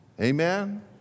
Amen